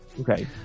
Okay